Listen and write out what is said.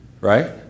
right